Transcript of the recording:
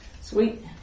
Sweet